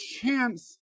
chance